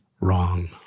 wrong